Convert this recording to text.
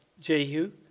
Jehu